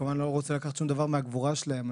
אני כמובן לא רוצה לקחת שום דבר מהגבורה שלהם.